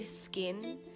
skin